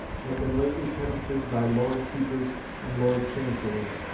had been lately tenanted by lord keepers and lord chancellors,